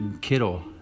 Kittle